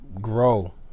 grow